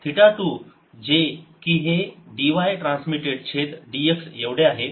theta 2 जे की हे dy ट्रान्समिटेड छेद dx एवढे आहे